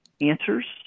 answers